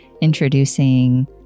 Introducing